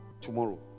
Tomorrow